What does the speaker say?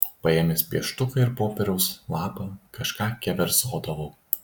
paėmęs pieštuką ir popieriaus lapą kažką keverzodavau